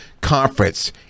conference